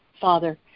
Father